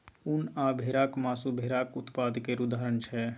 उन आ भेराक मासु भेराक उत्पाद केर उदाहरण छै